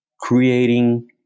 creating